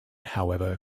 however